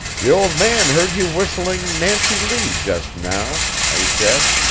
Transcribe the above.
the old man heard you whistling nancy lee just now, i said,